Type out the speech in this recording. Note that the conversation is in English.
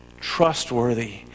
trustworthy